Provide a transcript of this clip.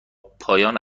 پایان